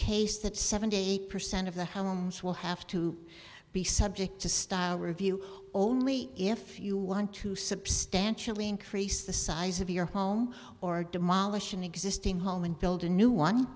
case that seventy eight percent of the homes will have to be subject to style review only if you want to substantially increase the size of your home or demolish an existing home and build a new one